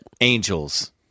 angels